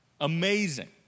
amazing